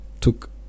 took